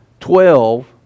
Twelve